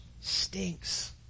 stinks